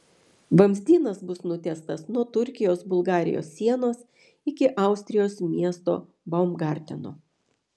vamzdynas bus nutiestas nuo turkijos bulgarijos sienos iki austrijos miesto baumgarteno